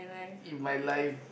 in my life